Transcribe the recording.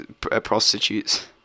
prostitutes